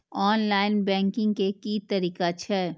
Online banking के की तरीका छै?